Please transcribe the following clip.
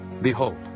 Behold